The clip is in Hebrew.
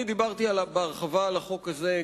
אני דיברתי בהרחבה על החוק הזה,